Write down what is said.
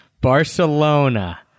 Barcelona